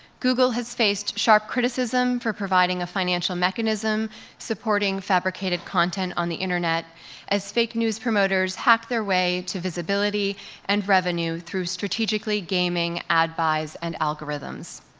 google has faced sharp criticism for providing a financial mechanism supporting fabricated content on the internet as fake news promoters hack their way to visibility and revenue through strategically gaming ad buys and algorithms.